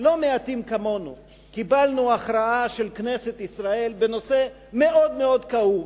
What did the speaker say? לא מעטים כמונו קיבלנו הכרעה של כנסת ישראל בנושא מאוד מאוד כאוב,